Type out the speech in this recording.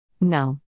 No